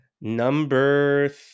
Number